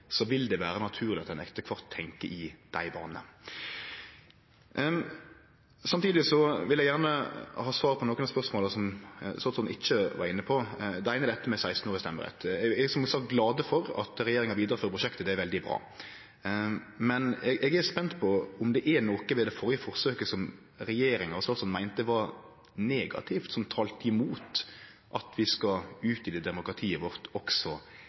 vil det vere naturleg at ein etter kvart tenkjer i dei baner. Samtidig vil eg gjerne ha svar på nokre av spørsmåla som statsråden ikkje var inne på. Det eine er dette med stemmerett for 16-åringar. Eg er som sagt glad for at regjeringa vidarefører prosjektet – det er veldig bra – men eg er spent på om det var noko ved det førre forsøket som regjeringa og statsråden meinte var negativt, som talte imot at vi skal utvide demokratiet vårt også